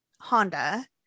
Honda